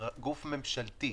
זה גוף ממשלתי,